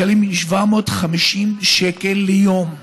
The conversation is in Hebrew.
משלמים 750 שקל ליום.